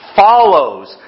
follows